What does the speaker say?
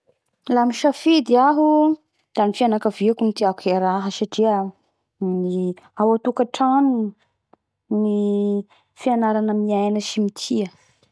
La misafidy iaho da ny fianakaviako ny tiako eraa satria uhm ao atokatrano ny fianarana miaina sy mitia